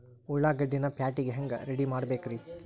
ಉಳ್ಳಾಗಡ್ಡಿನ ಪ್ಯಾಟಿಗೆ ಹ್ಯಾಂಗ ರೆಡಿಮಾಡಬೇಕ್ರೇ?